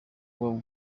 buba